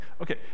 Okay